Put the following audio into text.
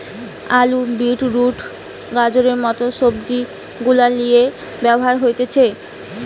আলু, beetroot, গাজরের মত সবজি গুলার লিয়ে ব্যবহার হতিছে